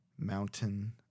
Mountain